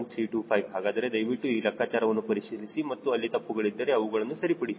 325 ಹಾಗಾದರೆ ದಯವಿಟ್ಟು ಈ ಲೆಕ್ಕಾಚಾರವನ್ನು ಪರಿಶೀಲಿಸಿ ಮತ್ತು ಅಲ್ಲಿ ತಪ್ಪುಗಳಿದ್ದರೆ ಅವುಗಳನ್ನು ಸರಿಪಡಿಸಿ